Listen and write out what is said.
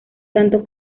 tanto